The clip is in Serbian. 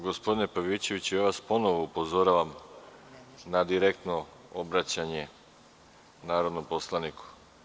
Gospodine Pavićeviću, opet vas upozoravam na direktno obraćanje narodnom poslaniku.